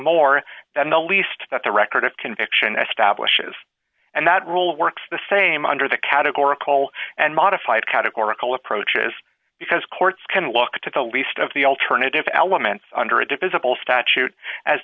more than the least that the record of conviction establishes and that rule works the same under the categorical and modified categorical approaches because courts can look to the least of the alternative elements under a divisible statute as